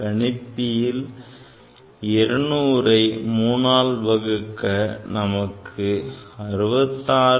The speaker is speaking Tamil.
கணிப்பியில் 200ஐ 3 ஆல் வகுக்க நமக்கு 66